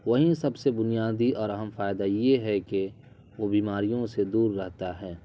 وہیں سب سے بنیادی اور اہم فائدہ یہ ہے کہ وہ بیماریوں سے دور رہتا ہے